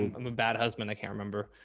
i'm a bad husband. i can't remember,